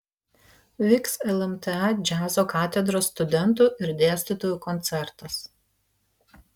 vyks lmta džiazo katedros studentų ir dėstytojų koncertas